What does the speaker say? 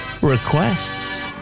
Requests